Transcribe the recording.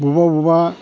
बबेबा बबेबा